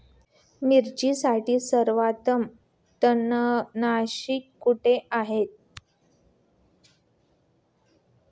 मिरचीसाठी सर्वोत्तम तणनाशक कोणते आहे?